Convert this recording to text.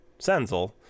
senzel